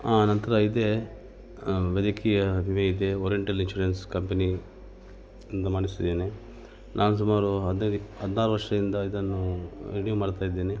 ಆ ನನ್ನ ಹತ್ರ ಇದೆ ವೈದ್ಯಕೀಯ ವಿಮೆ ಇದೆ ಓರೆಂಟಲ್ ಇನ್ಶುರೆನ್ಸ್ ಕಂಪನಿಯಿಂದ ಮಾಡಿಸಿದ್ದೇನೆ ನಾನು ಸುಮಾರು ಹದಿನೈದು ಇ ಹದಿನಾರು ವರ್ಷದಿಂದ ಇದನ್ನು ರಿನ್ಯೂ ಮಾಡ್ತಾ ಇದ್ದೇನೆ